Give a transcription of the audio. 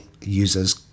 users